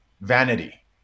vanity